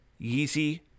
Yeezy